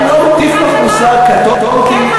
אני לא מטיף לך מוסר, קטונתי.